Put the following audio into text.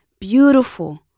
Beautiful